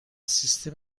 سیستم